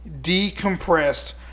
decompressed